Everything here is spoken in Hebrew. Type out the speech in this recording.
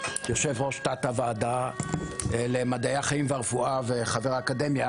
יושב-ראש תת-הוועדה למדעי החיים והרפואה וחבר אקדמיה,